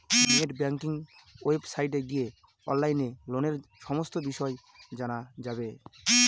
net banking ওয়েবসাইটে গিয়ে অনলাইনে লোনের সমস্ত বিষয় জানা যাবে